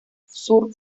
sur